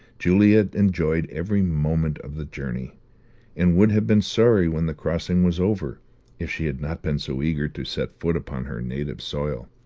juliet enjoyed every moment of the journey and would have been sorry when the crossing was over if she had not been so eager to set foot upon her native soil.